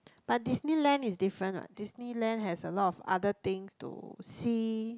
but Disneyland is different [what] Disneyland has a lot of other things to see